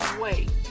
wait